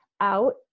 out